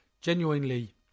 genuinely